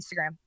Instagram